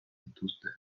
dituzte